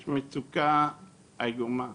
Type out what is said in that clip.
יש מצוקה איומה